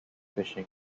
fishing